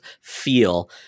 feel